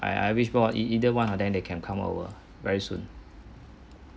I I wish more either one of them they can come over very soon